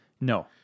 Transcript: No